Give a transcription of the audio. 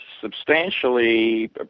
substantially